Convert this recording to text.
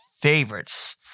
favorites